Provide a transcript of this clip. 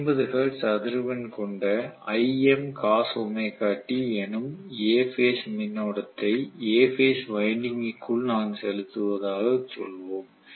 50 Hz அதிர்வெண் கொண்ட என்னும் A பேஸ் மின்னோட்டத்தை A பேஸ் வைண்டிங்குக்குள் நான் செலுத்துவதாக சொல்வோம்